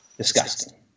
Disgusting